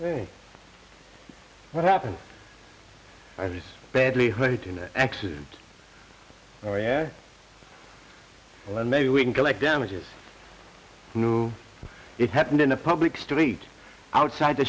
sperry what happened i was badly hurt in an accident or yeah well maybe we can collect damages knew it happened in a public street outside t